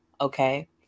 okay